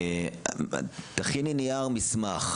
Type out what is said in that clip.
תכיני נייר מסמך,